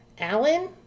Alan